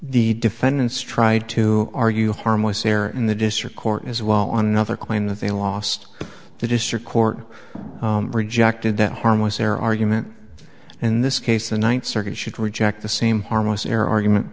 the defendants tried to argue harmless error in the district court as well on another claim that they lost the district court rejected that harmless error argument in this case the ninth circuit should reject the same harmless error argument